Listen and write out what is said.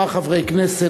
כמה חברי כנסת,